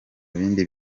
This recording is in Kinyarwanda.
bindi